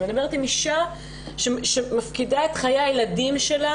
את מדברת עם אישה שמפקידה את חיי הילדים שלה